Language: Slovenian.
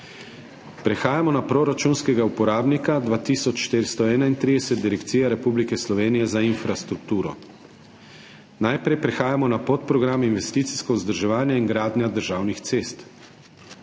Prehajamo na proračunskega uporabnika 2431 Direkcija Republike Slovenije za infrastrukturo. Najprej prehajamo na podprogram Investicijsko vzdrževanje in gradnja državnih cest.